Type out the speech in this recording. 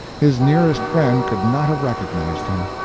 his nearest friend could not have recognized him.